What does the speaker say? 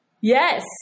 Yes